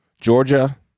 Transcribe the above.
Georgia